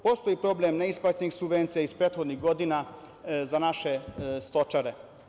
Postoji problem neisplaćenih subvencija iz prethodnih godina za naše stočare.